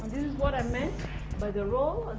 is what i meant by the roll